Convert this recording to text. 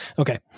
Okay